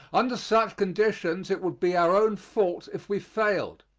under such conditions it would be our own fault if we failed,